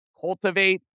cultivate